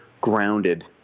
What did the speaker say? grounded